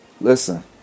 listen